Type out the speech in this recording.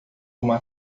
uma